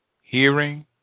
Hearing